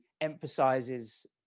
emphasizes